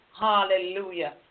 Hallelujah